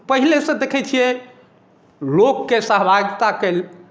आ पहिले सॅं देखै छियै लोक के सहभागिता के